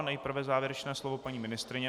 Nejprve závěrečné slovo paní ministryně.